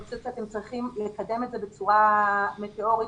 חושבת שאתם צריכים לקדם את זה בצורה מטאורית.